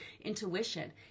intuition